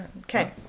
Okay